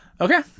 okay